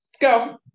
go